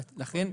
לכן,